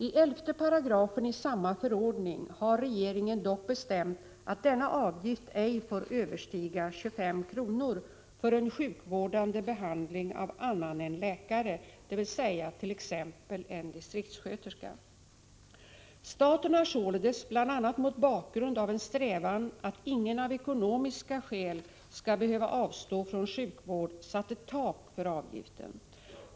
I 11 § i samma förordning har regeringen dock bestämt att denna avgift ej får överstiga 25 kr. för en sjukvårdande behandling av annan än läkare, dvs. exempelvis en distriktssköterska. Staten har således bl.a. mot bakgrund av en strävan att ingen av ekonomiska skäl skall behöva avstå från sjukvård satt ett tak för avgiften.